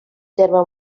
terme